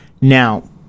Now